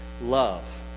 love